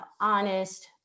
honest